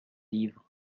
livres